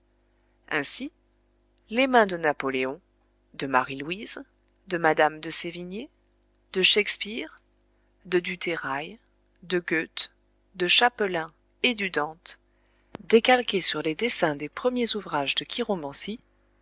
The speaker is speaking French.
ainsi les mains de napoléon de marie-louise de madame de sévigné de shakespeare de du terrail de gœthe de chapelin et du dante décalquées sur les dessins des premiers ouvrages de